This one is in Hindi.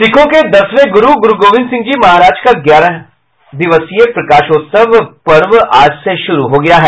सिखों के दसवें गुरू गोविंद सिंह जी महाराज का ग्यारह दिवसीय प्रकाशोत्सव पर्व आज से शुरू हो गया है